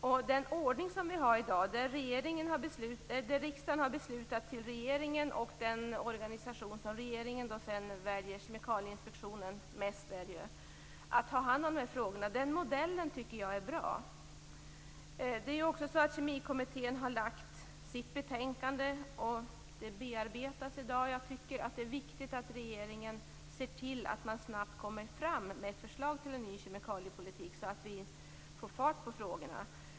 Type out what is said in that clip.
Jag tycker att det är en bra ordning som vi i dag har, där riksdagen fattar beslut gentemot regeringen och den organisation som regeringen väljer för att ta hand om dessa frågor, för det mesta Kemikalieinspektionen. Kemikommittén har lagt fram sitt betänkande, som för närvarande bearbetas. Jag tycker att det är viktigt att regeringen ser till att man snabbt kommer fram med förslag till en ny kemikaliepolitik, så att vi får fart på frågorna.